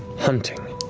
hunting.